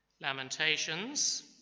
Lamentations